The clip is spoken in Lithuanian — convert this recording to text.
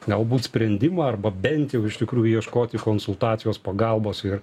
galbūt sprendimą arba bent jau iš tikrųjų ieškoti konsultacijos pagalbos ir